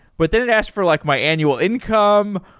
but then it asked for like my annual income,